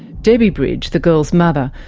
debbie bridge, the girls' mother,